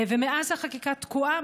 ומאז החקיקה תקועה.